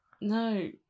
no